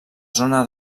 zona